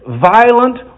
violent